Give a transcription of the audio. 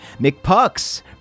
McPucks